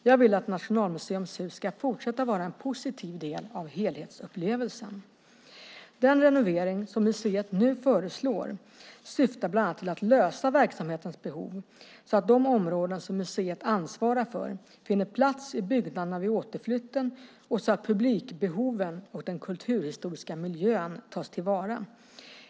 Jag vill att Nationalmuseums hus ska fortsätta att vara en positiv del av helhetsupplevelsen. Den renovering som museet nu föreslår syftar bland annat till att lösa verksamhetens behov så att de områden som museet ansvarar för finner plats i byggnaderna vid återflytten och så att publikbehoven och den kulturhistoriska miljön tas till vara.